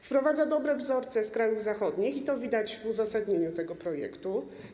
Wprowadza dobre wzorce z krajów zachodnich i to widać w uzasadnieniu tego projektu.